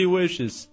wishes